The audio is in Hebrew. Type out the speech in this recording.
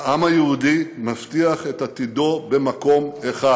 העם היהודי מבטיח את עתידו במקום אחד: